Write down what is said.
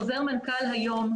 חוזר מנכ"ל היום,